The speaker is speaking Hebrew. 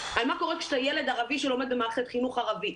על מה קורה כשאתה ילד ערבי שלומד במערכת חינוך ערבית,